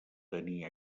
tenir